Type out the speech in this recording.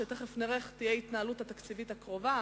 ותיכף נראה איך תהיה ההתנהלות התקציבית הקרובה,